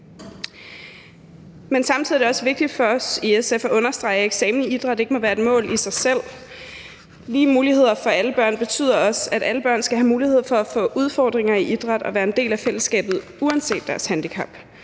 Men samtidig er det også vigtigt for os i SF at understrege, at fritagelse for eksamen i idræt ikke må være et mål i sig selv. Lige muligheder for alle børn betyder også, at alle børn skal have mulighed for at få udfordringer i idræt og være en del af fællesskabet uanset deres handicap.